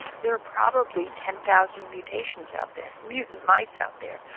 there are probably ten thousand mutations out there, mutant mice out there,